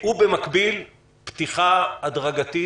במקביל, אנחנו ממליצים על פתיחה הדרגתית,